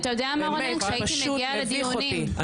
באמת, זה פשוט מביך אותי.